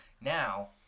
Now